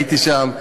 הייתי שם,